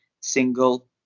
single